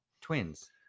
twins